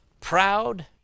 proud